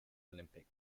olympic